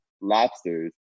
lobsters